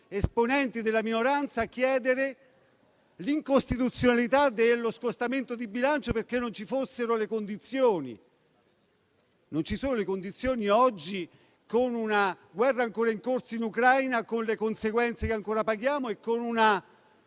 esponenti della minoranza chiedere l'incostituzionalità dello scostamento di bilancio, perché ne mancano le condizioni. Non ci sono le condizioni oggi con una guerra ancora in corso in Ucraina, con le conseguenze che ancora paghiamo e con